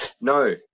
No